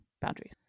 boundaries